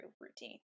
routine